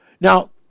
Now